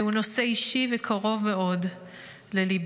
זהו נושא אישי וקרוב מאוד לליבי.